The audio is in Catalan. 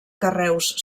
carreus